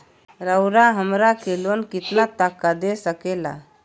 रउरा हमरा के लोन कितना तक का दे सकेला?